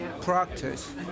practice